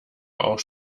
auch